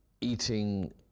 eating